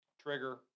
trigger